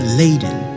laden